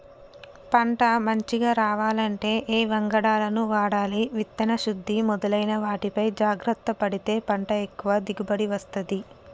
పంట మంచిగ రావాలంటే ఏ వంగడాలను వాడాలి విత్తన శుద్ధి మొదలైన వాటిపై జాగ్రత్త పడితే పంట ఎక్కువ దిగుబడి వస్తది